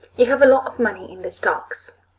you have a lot of money in the stocks.